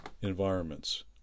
environments